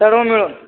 सर्व मिळून